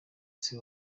isi